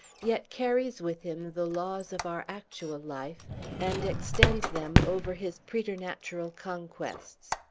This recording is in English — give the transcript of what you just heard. yet carries with him the laws of our actual life and extends them over his preternatural conquests.